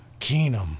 Keenum